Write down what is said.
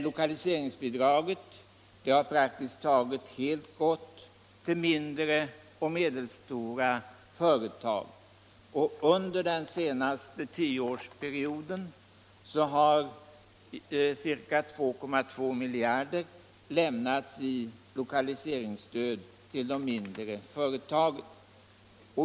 Lokaliseringsbidraget har praktiskt taget helt gått till mindre och medelstora företag — under den senaste tioårsperioden har ca 2,2 miljarder lämnats i lokaliseringsstöd till sådana företag.